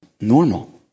normal